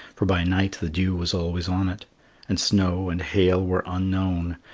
for by night the dew was always on it and snow and hail were unknown,